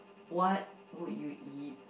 what would you eat